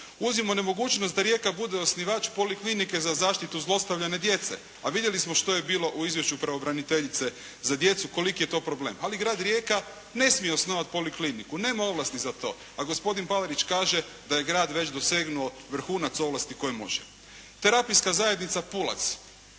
Uzmimo nemogućnost da Rijeka bude osnivač poliklinike za zaštitu zlostavljane djece, a vidjeli smo što je bilo u izvješću pravobraniteljice za djecu koliki je to problem. Ali grad Rijeka ne smije osnovati polikliniku, nema ovlasti za to, a gospodin Palarić kaže da je grad već dosegnuo vrhunac ovlasti koje može. Terapijska zajednica “Pulac“.